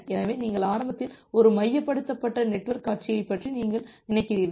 எனவே நீங்கள் ஆரம்பத்தில் ஒரு மையப்படுத்தப்பட்ட நெட்வொர்க் காட்சியைப் பற்றி நினைக்கிறீர்கள்